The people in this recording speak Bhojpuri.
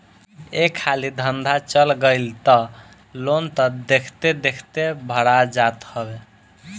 एक हाली धंधा चल गईल तअ लोन तअ देखते देखत भरा जात हवे